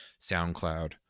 SoundCloud